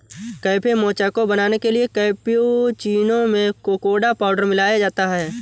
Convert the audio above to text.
cafe mocha को बनाने के लिए कैप्युचीनो में कोकोडा पाउडर मिलाया जाता है